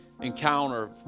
encounter